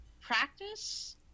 practice